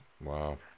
Wow